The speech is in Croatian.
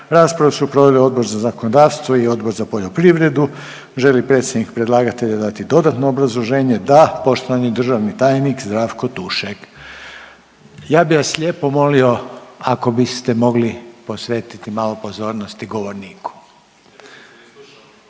Raspravu su proveli Odbor za zakonodavstvo i Odbor za poljoprivredu. Želi li predsjednik predlagatelja dati dodatno obrazloženje? Da. Poštovani državni tajnik Zdravko Tušek. Ja bih vas lijepo molio, ako biste mogli posvetiti malo pozornosti govorniku.